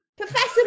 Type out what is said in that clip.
Professor